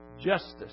justice